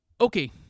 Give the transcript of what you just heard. Okay